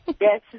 Yes